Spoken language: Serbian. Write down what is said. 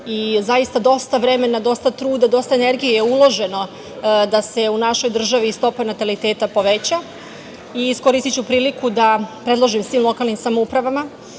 i zaista dosta vremena, dosta truda, dosta energije je uloženo da se u našoj državi stopa nataliteta poveća. Iskoristiću priliku da predložim svim lokalnim samoupravama